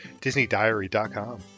Disneydiary.com